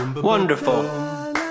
Wonderful